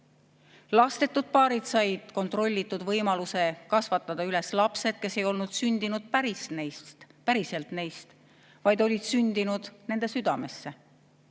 Lastetud paarid said kontrollitud võimaluse kasvatada üles lapsed, kes ei olnud sündinud päriselt neist, vaid olid sündinud nende südamesse.